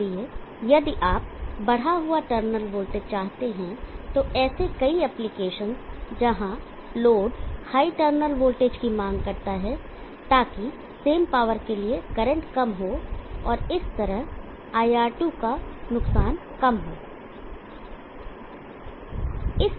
इसलिए यदि आप बढ़ा हुआ टर्मिनल वोल्टेज चाहते हैं तो ऐसे कई एप्लिकेशन जहां लोड हाई टर्मिनल वोल्टेज की मांग करता है ताकि सेम पावर के लिए करंट कम हो और इस तरह i2R नुकसान कम हो जाएगा